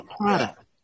product